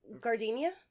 Gardenia